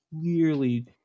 clearly